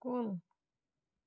کُل